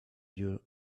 you